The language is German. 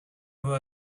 wohl